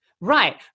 Right